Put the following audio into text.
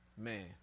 Man